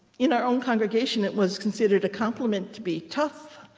in our own congregation, it was considered a compliment to be tough,